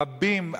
רבים,